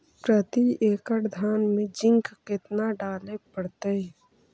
प्रती एकड़ धान मे जिंक कतना डाले पड़ताई?